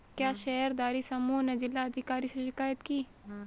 क्या शेयरधारी समूह ने जिला अधिकारी से शिकायत की?